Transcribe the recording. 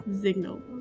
Signal